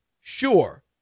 Sure